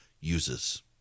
uses